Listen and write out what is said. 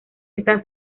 está